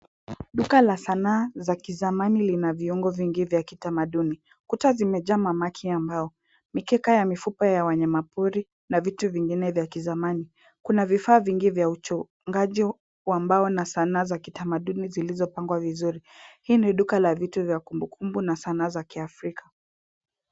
Duka la sanaa za kizamani lina viungo vingi vya kitamaduni. Kuta zimejaa mamaki ya mbao, mikeka ya mifupa ya wanyamapori na vitu vingine vya kijazani. Kuna vifaa vingi vya uchongaji wa mbao na sanaa za kitamaduni zilizopangwa vizuri. Hili ni duka la vitu vya kumbu kumbu na sanaa za kiafrika.